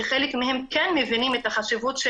שחלק מהם כן מבינים את החשיבות של